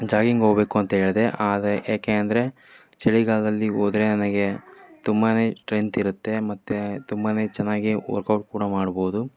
jogging ಹೋಬೇಕು ಅಂತ ಹೇಳ್ದೆ ಆದರೆ ಯಾಕೆ ಅಂದರೆ ಚಳಿಗಾಲದಲ್ಲಿ ಹೋದ್ರೆ ನನಗೆ ತುಂಬ ಸ್ಟ್ರೆಂತ್ ಇರುತ್ತೆ ಮತ್ತು ತುಂಬ ಚೆನ್ನಾಗಿ ವರ್ಕ್ಔಟ್ ಕೂಡ ಮಾಡ್ಬೋದು